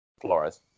Flores